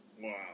Wow